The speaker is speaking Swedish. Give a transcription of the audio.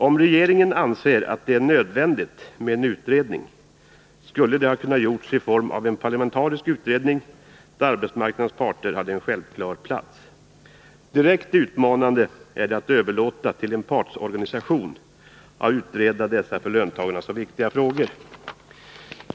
Om regeringen ansett det nödvändigt med en utredning, skulle den ha kunnat göras i form av en parlamentarisk utredning där arbetsmarknadens parter hade haft en självklar plats. Direkt utmanande är det att överlåta till en partsorganisation att utreda dessa för löntagarna så viktiga frågor.